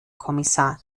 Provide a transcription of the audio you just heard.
kommissar